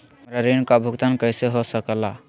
हमरा ऋण का भुगतान कैसे हो सके ला?